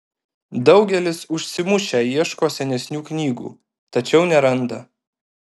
daugelis užsimušę ieško senesnių knygų tačiau neranda